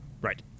Right